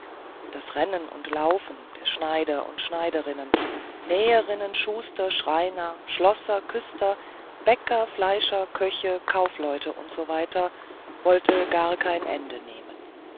das rennen und laufen der schneider und schneiderinnen näherinnen schuster schreiner schlosser küster bäcker fleischer köche kaufleute usw wollte gar kein ende nehmen